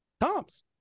Tom's